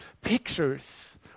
pictures